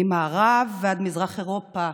ממערב ועד מזרח אירופה,